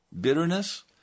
bitterness